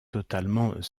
totalement